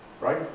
right